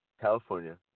California